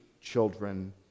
children